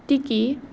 तिकी